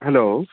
hello